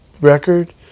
record